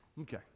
okay